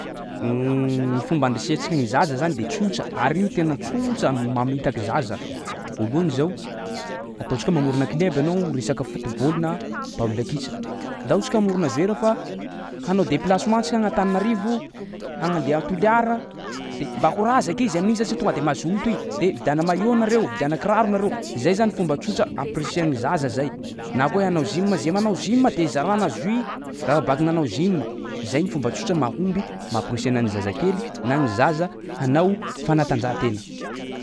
Ny fomba andrisihantsika gny zaza zany de tsotsa ary io tena tsotsa mamitaky zaza. Voalohany zao atoantsika hoe mamorona club ianao resaka foot bôly na baolina kitra, ndao tsika amorona jour fa hanao déplacement atsika agn'Antananarivo, hagnandeha a Toliara de mba korazaka izy amin'iny satsia tonga de mazoto i. De vidiana maillot nareo, vidiana kiraro nareo, zay zany fomba tsotsa ampirisiha gny zaza zay. Na koa hoe hanao gym, zay manao gym de izarana jus raha baky nanao gym, zay ny fomba tsotsa mahomby mba hamporisihana ny zazakely na ny zaza hanao fanatanjahantena.